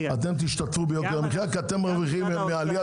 ואתם תשתתפו ביוקר המחייה כי אתם מרוויחים מעליית